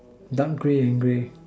down grey and grey